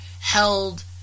held